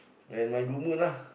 when my good mood lah